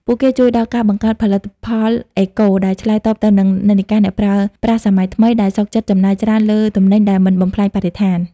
ពួកគេជួយដល់ការបង្កើតផលិតផលអេកូ ដែលឆ្លើយតបទៅនឹងនិន្នាការអ្នកប្រើប្រាស់សម័យថ្មី ដែលសុខចិត្តចំណាយច្រើនលើទំនិញដែលមិនបំផ្លាញបរិស្ថាន។